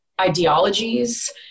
ideologies